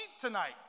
tonight